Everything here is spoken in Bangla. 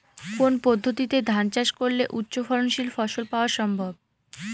কোন পদ্ধতিতে ধান চাষ করলে উচ্চফলনশীল ফসল পাওয়া সম্ভব?